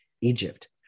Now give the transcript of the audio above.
Egypt